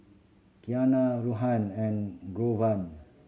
Kiana Ruthann and Glover